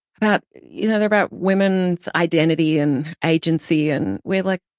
about, you know, they're about women's identity and agency. and we're, like,